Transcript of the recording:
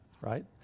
right